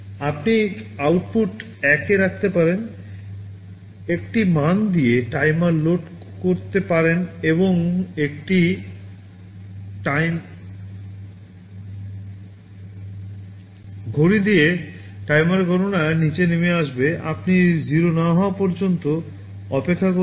আপনি আউটপুটটি 1 এ রাখতে পারেন একটি মান দিয়ে টাইমার লোড করতে পারেন এবং একটি ঘড়ি দিয়ে টাইমার গণনা নিচে নেমে আসবে আপনি 0 না হওয়া পর্যন্ত অপেক্ষা করুন